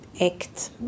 act